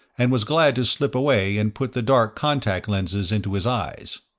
and was glad to slip away and put the dark contact lenses into his eyes.